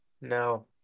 no